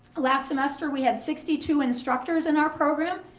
last semester we had sixty two instructors in our program,